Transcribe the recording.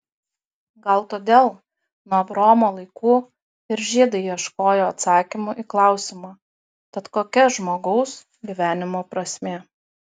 gal todėl nuo abraomo laikų ir žydai ieškojo atsakymų į klausimą tad kokia žmogaus gyvenimo prasmė